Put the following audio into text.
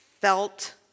felt